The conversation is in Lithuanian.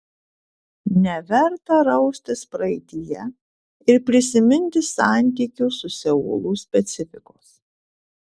neverta raustis praeityje ir prisiminti santykių su seulu specifikos